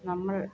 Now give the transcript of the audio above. നമ്മൾ